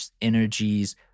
energies